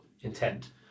intent